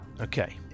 Okay